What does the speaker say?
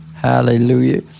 Hallelujah